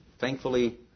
thankfully